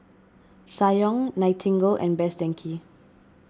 Ssangyong Nightingale and Best Denki